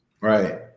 Right